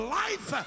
life